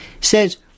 says